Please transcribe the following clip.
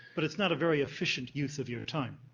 but it's not a very efficient use of your time.